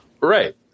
Right